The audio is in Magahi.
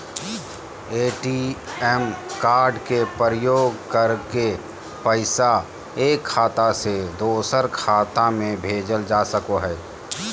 ए.टी.एम कार्ड के प्रयोग करके पैसा एक खाता से दोसर खाता में भेजल जा सको हय